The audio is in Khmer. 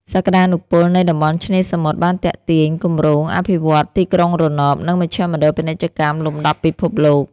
សក្តានុពលនៃតំបន់ឆ្នេរសមុទ្របានទាក់ទាញគម្រោងអភិវឌ្ឍន៍ទីក្រុងរណប និងមជ្ឈមណ្ឌលពាណិជ្ជកម្មលំដាប់ពិភពលោក។